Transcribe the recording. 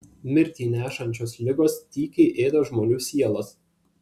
mirtį nešančios ligos tykiai ėda žmonių sielas